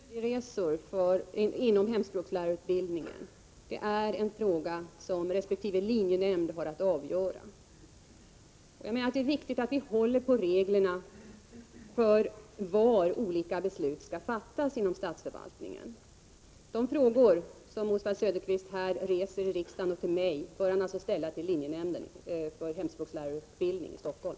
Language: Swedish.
Herr talman! Låt mig bara konstatera att studieresor inom hemspråkslärarutbildningen är en fråga som resp. linjenämnd har att avgöra. Jag menar att det är viktigt att vi håller på reglerna för var olika beslut skall fattas inom statsförvaltningen. De frågor som Oswald Söderqvist nu reser till mig här i riksdagen bör han därför ställa till linjenämnden för hemspråkslärarutbildningen i Stockholm.